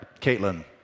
Caitlin